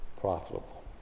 profitable